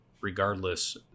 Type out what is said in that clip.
regardless